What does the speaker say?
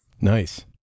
Nice